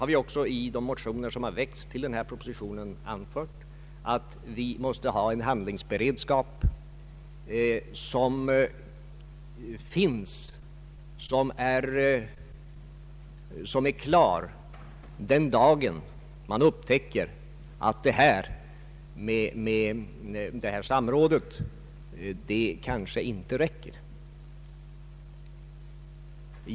Vi har också i de motioner som har väckts i anslutning till propositionen framfört att man måste ha en handlingsberedskap som är klar den dagen man upptäcker att denna möjlighet till samråd kanske inte räcker.